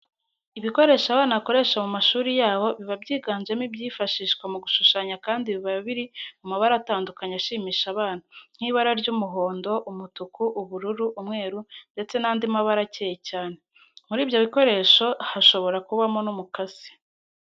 Ibikoresho abana bakoresha mu mashuri yabo biba byiganjemo ibyifashishwa mu gushushanya kandi biba biri mu mabara atandukanye ashimisha abana, nk'ibara ry'umuhondo, umutuku, ubururu, umweru ndetse n'andi mabara akeye cyane. Muri ibyo bikoresho hashobora kubamo n'umukasi.